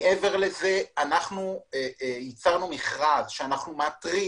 מעבר לזה ייצרנו מכרז שאנחנו מאתרים